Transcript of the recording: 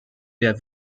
der